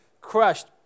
crushed